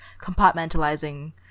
compartmentalizing